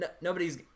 nobody's